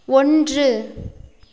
ஒன்று